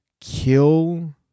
kill